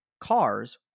Cars